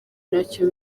ntacyo